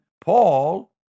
Paul